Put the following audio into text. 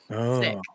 sick